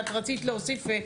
אתייחס לזה.